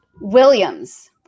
Williams